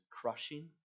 crushing